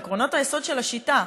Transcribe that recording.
מעקרונות היסוד של השיטה: